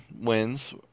wins